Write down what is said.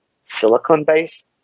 silicon-based